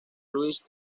louis